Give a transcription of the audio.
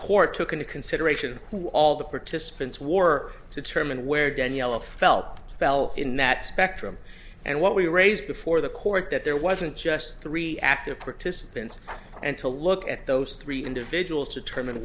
court took into consideration who all the participants were to determine where daniela felt fell in that spectrum and what we raised before the court that there wasn't just three active participants and to look at those three individuals determine